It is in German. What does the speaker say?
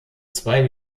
zwei